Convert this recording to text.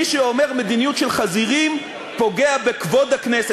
מי שאומר "מדיניות של חזירים" פוגע בכבוד הכנסת.